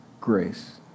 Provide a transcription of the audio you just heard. grace